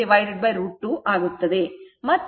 23 √ 2 ಆಗುತ್ತದೆ